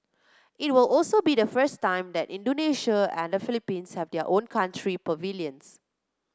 it will also be the first time that Indonesia and the Philippines have their own country pavilions